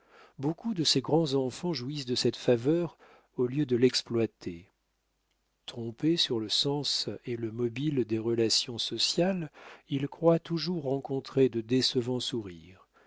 beaucoup de ces grands enfants jouissent de cette faveur au lieu de l'exploiter trompés sur le sens et le mobile des relations sociales ils croient toujours rencontrer de décevants sourires